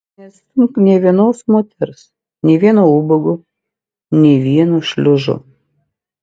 neatstumk nė vienos moters nė vieno ubago nė vieno šliužo